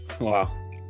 Wow